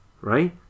right